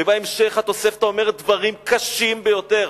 בהמשך התוספתא אומרת דברים קשים ביותר.